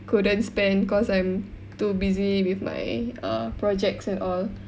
couldn't spend because I'm too busy with my err projects and all